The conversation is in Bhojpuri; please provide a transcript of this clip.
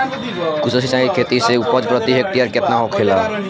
कुशल सिंचाई खेती से उपज प्रति हेक्टेयर केतना होखेला?